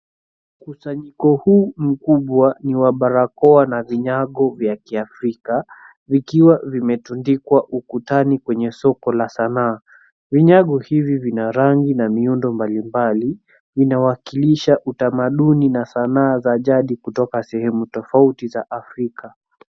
Mkusanyiko huu mkubwa ni wa barakoa na vinyago vya kiafrika vikiwa vimetundikwa ukutani kwenye soko la sanaa, vinyago hivi vina rangi na miundo mbalimbali, inawakilisha utamaduni na sanaa za jadi kutoka sehemu tofauti za Afrika.